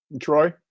Troy